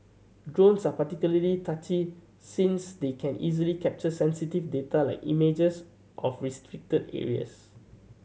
drones are particularly touchy since they can easily capture sensitive data like images of restricted areas